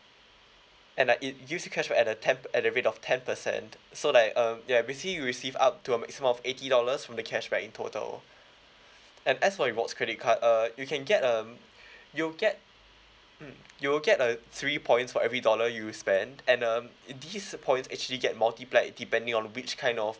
and like it gives you cashback at a ten at the rate of ten percent so like um yeah basically you'll receive up to a maximum of eighty dollars from the cashback in total and as for rewards credit card err you can get um you'll get mm you will get uh three points for every dollar you spend and um these points actually get multiplied depending on which kind of